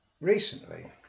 recently